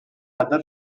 other